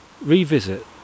revisit